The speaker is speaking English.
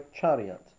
chariot